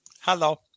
Hello